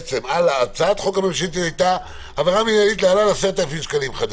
הצעת החוק הממשלתית הייתה "לעבירה מינהלית להלן 10,000 שקלים חדשים".